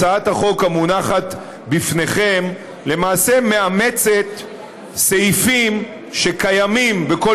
הצעת החוק המונחת בפניכם למעשה מאמצת סעיפים שקיימים בכל